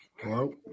Hello